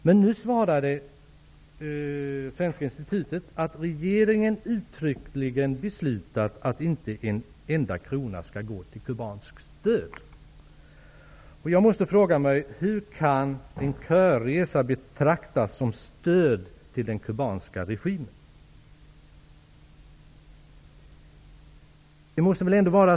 Svaret från Svenska institutet blev emellertid att regeringen uttryckligen beslutat att inte en enda krona skall gå till cubanskt stöd. Hur kan en körresa betraktas som stöd till den kubanska regimen?